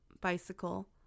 bicycle